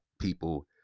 people